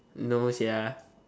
no sia